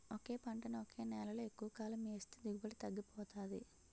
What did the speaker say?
ఒకే పంటని ఒకే నేలలో ఎక్కువకాలం ఏస్తే దిగుబడి తగ్గిపోతాది